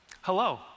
Hello